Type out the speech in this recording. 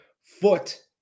foot